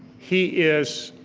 he is